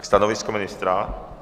Stanovisko ministra?